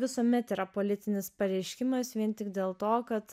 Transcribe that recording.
visuomet yra politinis pareiškimas vien tik dėl to kad